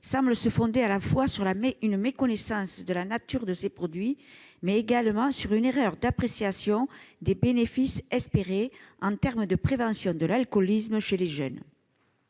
semble se fonder à la fois sur une méconnaissance de la nature des produits concernés et sur une erreur d'appréciation des bénéfices espérés en termes de prévention de l'alcoolisme chez les jeunes.